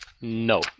No